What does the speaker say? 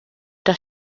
das